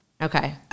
Okay